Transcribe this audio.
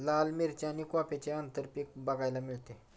लाल मिरची आणि कॉफीचे आंतरपीक बघायला मिळते